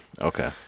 Okay